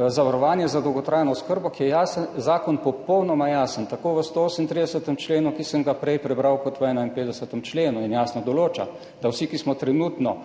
zavarovanje za dolgotrajno oskrbo, ker je zakon popolnoma jasen, tako v 138. členu, ki sem ga prej prebral, kot v 51. členu. Jasno določa, da smo vsi, ki smo trenutno